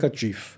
chief